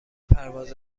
پرواز